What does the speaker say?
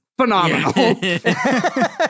phenomenal